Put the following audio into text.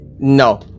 No